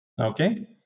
Okay